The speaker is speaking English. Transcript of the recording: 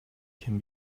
can